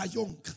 young